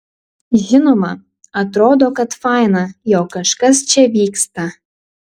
žinoma atrodo kad faina jog kažkas čia vyksta